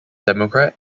democrat